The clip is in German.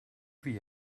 wie